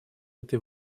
этой